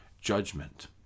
judgment